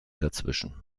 dazwischen